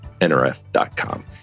nrf.com